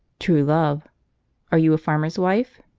true love are you a farmer's wife?